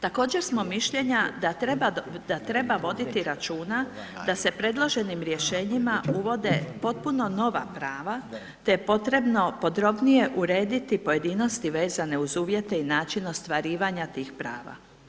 Također smo mišljenja da treba voditi računa da se predloženim rješenjima uvode potpuno nova prava te je potrebno podrobnije urediti pojedinosti vezane uz uvjete i način ostvarivanja tih prava.